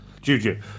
Juju